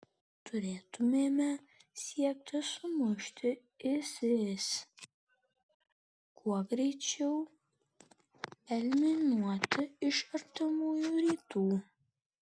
turėtumėme siekti sumušti isis kuo greičiau eliminuoti iš artimųjų rytų